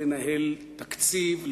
לנהל תקציב,